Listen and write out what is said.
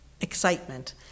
excitement